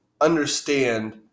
understand